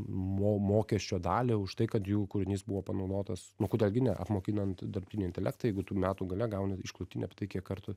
mo mokesčio dalį už tai kad jų kūrinys buvo panaudotas nu kodėl gi ne apmokinant dirbtinį intelektą jeigu tu metų gale gauni išklotinę kiek kartų